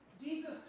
Jesus